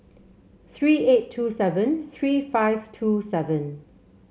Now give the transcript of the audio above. three eight two seven three five two seven